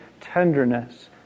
tenderness